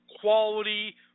quality